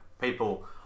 people